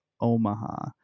Omaha